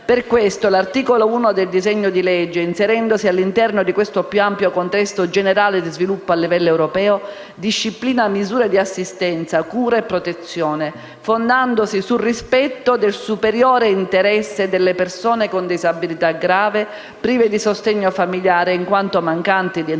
Per questo l'articolo 1 del disegno di legge, inserendosi all'interno di questo più ampio contesto generale di sviluppo a livello europeo, disciplina misure di assistenza, cura e protezione fondandosi sul rispetto del superiore interesse delle persone con disabilità grave prive di sostegno familiare in quanto mancanti di entrambi